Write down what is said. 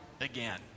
again